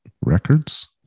records